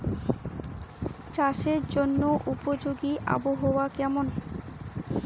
চাষের জন্য উপযোগী আবহাওয়া কেমন?